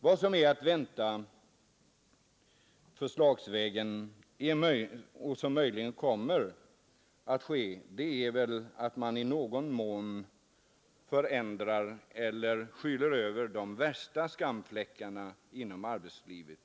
Vad som är att vänta förslagsvägen — och som möjligen kommer att genomfö är väl att man i någon mån förändrar eller skyler över de värsta skamfläckar inom arbetslivet.